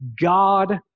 God